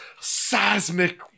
seismic